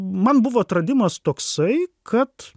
man buvo atradimas toksai kad